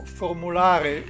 formulare